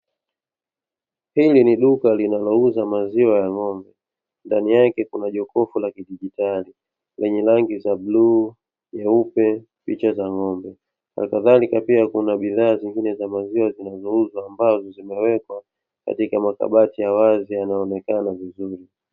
Hili ni duka linalouza maziwa ya ng'ombe, ndani yake kuna jokofu la kidigitali lenye rangi za bluu, nyeupe, picha za ng'ombe na kadhalika pia kuna bidhaa zingine za maziwa zinazouzwa ambazo zimewekwa katika makabati ya wazi yanayoonekana vizuri.